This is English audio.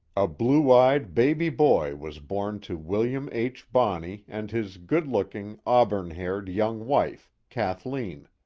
a blue-eyed baby boy was born to william h. bonney and his good looking, auburn haired young wife, kathleen.